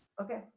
Okay